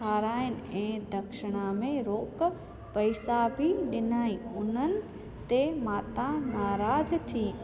खाराइनि ऐं ॾखिणा में रोक पैसा बि ॾिनाई उन्हनि ते माता नाराज़ु थी